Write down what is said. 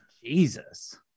Jesus